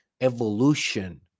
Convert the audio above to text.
evolution